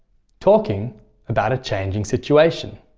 talking about a changing situation.